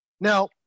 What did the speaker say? Now